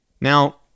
Now